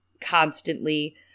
constantly